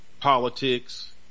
politics